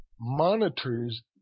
monitors